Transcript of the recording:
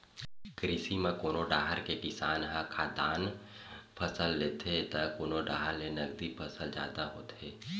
कृषि म कोनो डाहर के किसान ह खाद्यान फसल लेथे त कोनो डाहर नगदी फसल जादा होथे